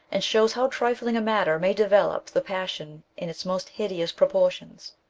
and shows how trifling a matter may develope the passion in its most hidoous proportions.